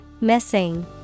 Missing